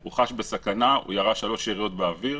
הוא חש בסכנה וירה שלוש יריות באוויר.